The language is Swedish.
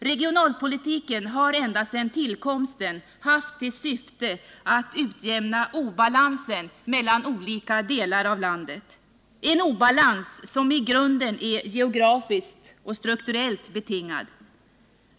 Regionalpolitiken har ända sedan tillkomsten haft till syfte att utjämna obalansen mellan olika delar av landet, en obalans som i grunden är geografiskt och strukturellt betingad.